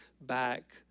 back